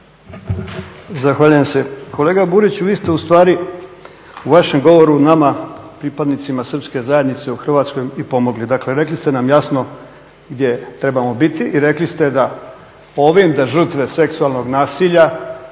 Zahvaljujem se. Kolega Buriću, vi ste ustvari u vašem govoru nama pripadnicima Srpske zajednice u Hrvatskoj i pomogli, dakle rekli ste nam jasno gdje trebamo biti i rekli ste da ovim, da žrtve seksualnog nasilja,